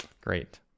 Great